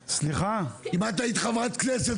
אם את היית חברת כנסת,